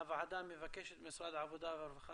הוועדה מבקשת ממשרד העבודה והרווחה